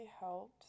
helped